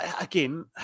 again